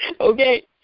Okay